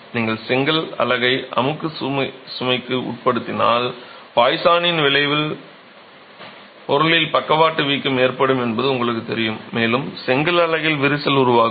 நீங்கள் செங்கல் அலகை அமுக்கு சுமைக்கு உட்படுத்தினால் பாய்சானின் விளைவால் பொருளில் பக்கவாட்டு வீக்கம் ஏற்படும் என்பது உங்களுக்குத் தெரியும் மேலும் செங்கல் அலகில் விரிசல் உருவாகும்